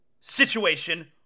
situation